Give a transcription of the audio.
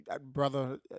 brother